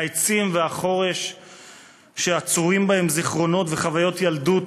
העצים והחורש שאצורים בהם זיכרונות וחוויות ילדות